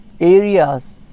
areas